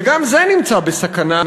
וגם זה נמצא בסכנה,